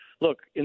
Look